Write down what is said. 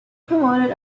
promoted